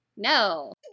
No